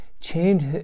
changed